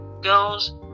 girls